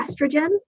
estrogen